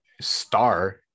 Star